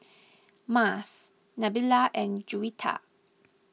Mas Nabila and Juwita